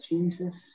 Jesus